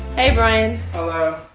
hey, brian hello